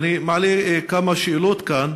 ואני מעלה כמה שאלות כאן: